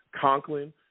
Conklin